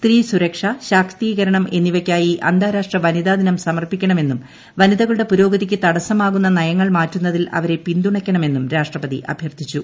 സ്ത്രീ സുരക്ഷ ശാക്തീകരണം എന്നിവയ്ക്കായി അന്താരാഷ്ട്ര വനിതാ ദിനം സമർപ്പിക്കണമെന്നും വനിതകളുടെ പുരോഗതിക്ക് തടസ്സമാകുന്ന നയങ്ങൾ മാറ്റുന്നതിൽ അവരെ പിന്തുണയ്ക്കണമെന്നും രാഷ്ട്രപതി അഭ്യർത്ഥിച്ചു